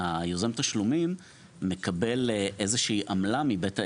שיוזם תשלומים מקבל איזושהי עמלה מבית העסק,